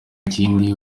kindi